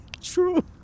True